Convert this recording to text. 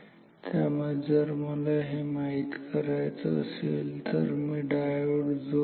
त्यामुळे जर मला हे माहित करायचं असेल तर मी डायोड जोडेल